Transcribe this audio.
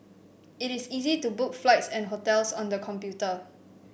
it is easy to book flights and hotels on the computer